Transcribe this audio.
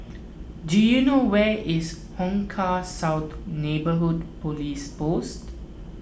do you know where is Hong Kah South Neighbourhood Police Post